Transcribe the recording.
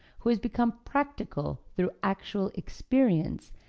who has become practical through actual experience,